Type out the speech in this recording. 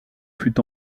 fut